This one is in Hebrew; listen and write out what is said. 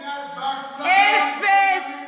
אפס,